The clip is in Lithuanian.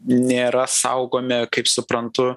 nėra saugomi kaip suprantu